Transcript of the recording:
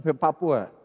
Papua